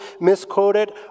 misquoted